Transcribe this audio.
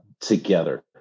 together